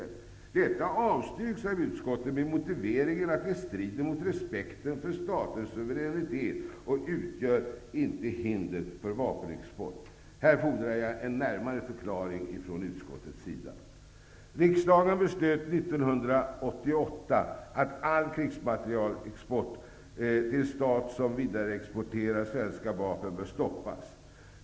Yrkandet avstyrks av utskottet med motiveringen att det strider mot respekten för staters suveränitet, och det utgör alltså inte hinder mot vapenexport. Här fordrar jag en närmare förklaring från utskottets sida. Riksdagen beslöt 1988 att all krigsmaterielexport till stat som vidareexporterar svenska vapen bör stoppas.